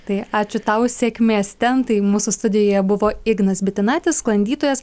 tai ačiū tau sėkmės ten tai mūsų studijoje buvo ignas bitinaitis sklandytojas